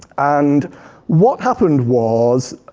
and what happened was,